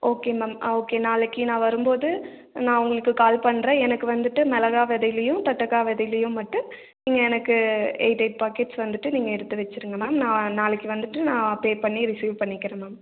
okay ma'am okay நாளைக்கு நான் வரும்போது நான் உங்களுக்கு கால் பண்ணுறேன் எனக்கு வந்துட்டு மிளகா விதைலையும் தட்டக்காய் விதைலையும் மட்டும் நீங்கள் எனக்கு எயிட் எயிட் பாக்கெட்ஸ் வந்துட்டு நீங்கள் எடுத்து வச்சுருங்க மேம் நான் நாளைக்கு வந்துட்டு நான் பே பண்ணி ரிசீவ் பண்ணிக்கிறேன் மேம்